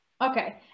Okay